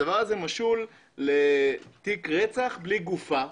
הדבר הזה משול לתיק רצח בלי גופה,